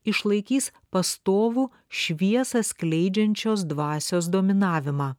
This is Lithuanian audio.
išlaikys pastovų šviesą skleidžiančios dvasios dominavimą